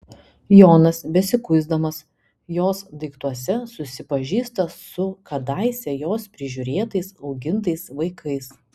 jonas besikuisdamas jos daiktuose susipažįsta su kadaise jos prižiūrėtais augintais vaikais